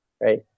right